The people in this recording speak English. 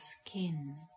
skin